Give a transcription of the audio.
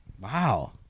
Wow